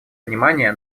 внимание